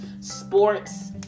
sports